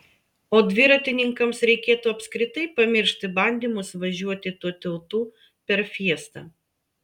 o dviratininkams reikėtų apskritai pamiršti bandymus važiuoti tuo tiltu per fiestą